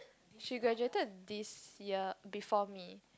she graduated this year before me